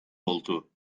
oldu